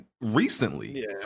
recently